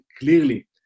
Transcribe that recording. clearly